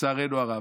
לצערנו הרב.